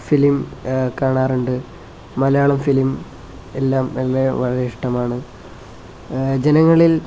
film കാണാറുണ്ട് Malayalam film എല്ലാം നല്ല വളരെ ഇഷ്ടമാണ് ജനങ്ങളിൽ